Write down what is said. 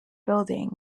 building